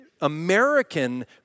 American